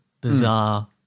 bizarre